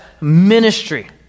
ministry